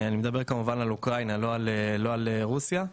אני מדבר כמובן על אוקראינה, לא על רוסיה.